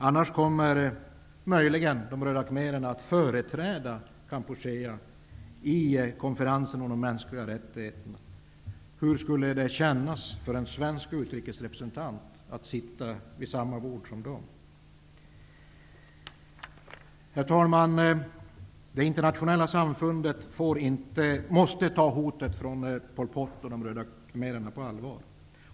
Annars är det möjligt att de röda khmererna kommer att företräda Kambodja vid konferensen om de mänskliga rättigheterna. Hur skulle det kännas för en svensk utrikesrepresentant att sitta vid samma bord som de? Herr talman! Det internationella samfundet måste ta hotet från Pol Pot och de röda khmererna på allvar.